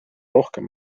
rohkem